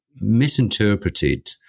misinterpreted